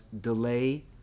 delay